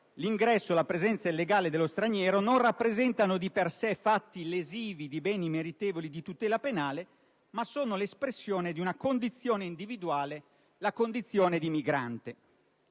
«l'ingresso o la presenza illegale del singolo straniero dunque non rappresentano, di per sé, fatti lesivi di beni meritevoli di tutela penale, ma sono l'espressione di una condizione individuale, la condizione di migrante».